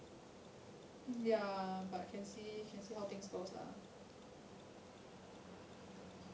ya but can see can see how things goes lah